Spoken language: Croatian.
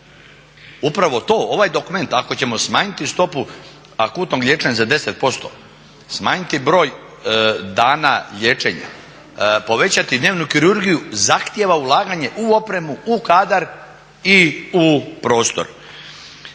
upravo to, ovaj dokument ako ćemo smanjiti stopu akutnog liječenja za 10%, smanjiti broj dana liječenja, povećati dnevnu kirurgiju zahtjeva ulaganje u opremu u kadar i u prostor.